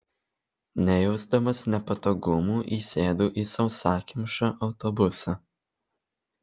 nejausdamas nepatogumų įsėdu į sausakimšą autobusą